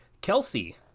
Kelsey